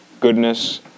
goodness